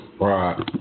Right